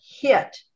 hit